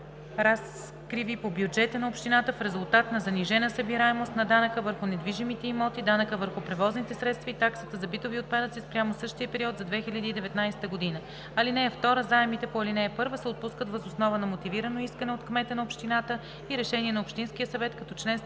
разриви по бюджета на общината в резултат на занижена събираемост на данъка върху недвижимите имоти, данъка върху превозните средства и таксата за битови отпадъци спрямо същия период на 2019 г. (2) Заемите по ал. 1 се отпускат въз основа на мотивирано искане от кмета на общината и решение на общинския съвет, като чл.